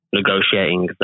negotiating